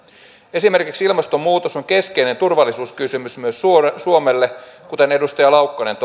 esimerkiksi ilmastonmuutos on keskeinen turvallisuuskysymys myös suomelle kuten edustaja laukkanen totesi